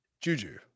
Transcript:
Juju